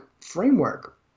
framework